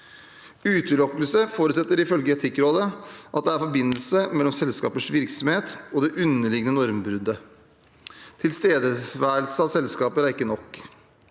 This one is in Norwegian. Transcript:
Utelukkelse forutsetter ifølge Etikkrådet at det er forbindelse mellom selskapets virksomhet og det underliggende normbruddet. Tilstedeværelse av selskaper er ikke nok.